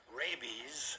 rabies